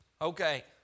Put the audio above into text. okay